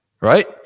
Right